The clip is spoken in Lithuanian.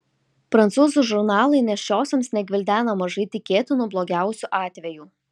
prancūzų žurnalai nėščiosioms negvildena mažai tikėtinų blogiausių atvejų